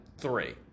three